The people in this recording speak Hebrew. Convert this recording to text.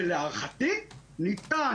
להערכתי ניתן